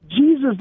Jesus